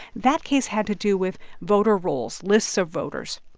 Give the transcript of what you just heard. that case had to do with voter rolls, lists of voters.